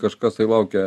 kažkas tai laukia